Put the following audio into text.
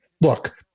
Look